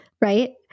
right